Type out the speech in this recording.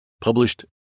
published